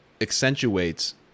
accentuates